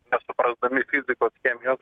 nesuprasdami fizikos chemijos